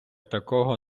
такого